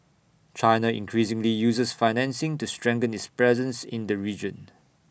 China increasingly uses financing to strengthen its presence in the region